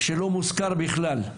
שלא מוזכר בכלל,